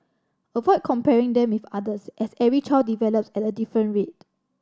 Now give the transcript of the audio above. avoid comparing them with others as every child develops at a different rate